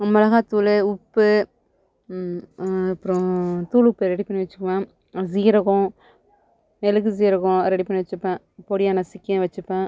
மிளகாத்தூளு உப்பு அப்புறம் தூள் உப்பு ரெடி பண்ணி வச்சுக்குவேன் சீரகம் மிளுகு சீரகம் ரெடி பண்ணி வச்சுப்பேன் பொடியாக நசுக்கியும் வச்சுப்பேன்